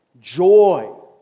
joy